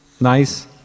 nice